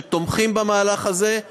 שתומכים במהלך הזה.